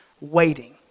waiting